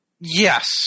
Yes